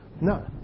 No